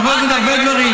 אתה יכול להגיד הרבה דברים.